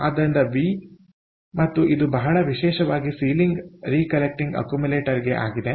ಆದ್ದರಿಂದ ವಿ ಮತ್ತು ಇದು ಬಹಳ ವಿಶೇಷವಾಗಿ ಸೀಲಿಂಗ್ ರೀಕಲೆಕ್ಟಿಂಗ್ ಅಕ್ಯೂಮುಲೇಟರ್ಗೆ ಆಗಿದೆ